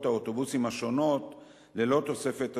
האוטובוסים השונות ללא תוספת תשלום,